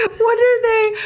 ah what are they,